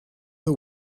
the